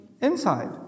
inside